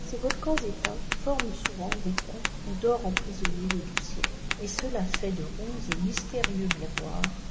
ces volcans éteints forment souvent des coupes où dort emprisonnée l'eau du ciel et cela fait de ronds et mystérieux miroirs